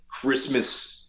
Christmas